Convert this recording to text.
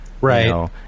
right